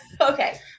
Okay